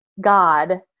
God